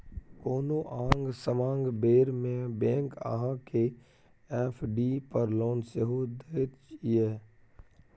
कोनो आंग समांग बेर मे बैंक अहाँ केँ एफ.डी पर लोन सेहो दैत यै